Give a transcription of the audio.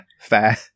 fair